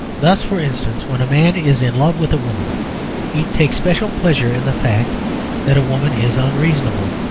thus, for instance, when a man is in love with a woman he takes special pleasure in the fact that a woman is unreasonable.